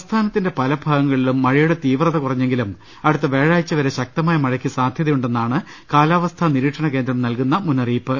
സംസ്ഥാനത്തിന്റെ പലഭാഗങ്ങളിലും മഴയുടെ തീവ്രത കുറ ഞ്ഞെങ്കിലും അടുത്ത വ്യാഴാഴ്ച വരെ ശക്തമായ മഴക്ക് സാധ്യത യുണ്ടെന്നാണ് കാലാവസ്ഥാ നിരീക്ഷണകേന്ദ്രം നൽകുന്ന മുന്നറി യിപ്പ്